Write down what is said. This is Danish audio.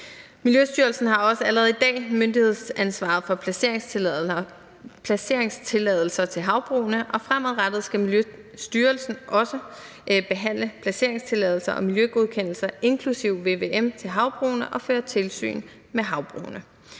Miljøstyrelsen har også allerede i dag myndighedsansvaret for placeringstilladelser til havbrugene, og fremadrettet skal Miljøstyrelsen også behandle placeringstilladelser og miljøgodkendelser, inklusive vvm, til havbrugene og føre tilsyn med havbrugene.